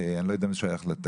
אני לא יודע אם זה שייך לתקציב